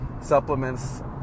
supplements